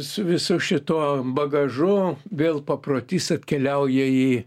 su visu šituo bagažu vėl paprotys atkeliauja į